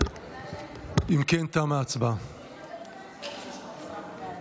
אם כן, תמה ההצבעה.